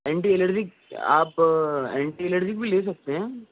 anti allergic آپ anti allergic بھی لے سکتے ہیں